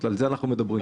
על זה אנחנו מדברים.